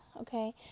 okay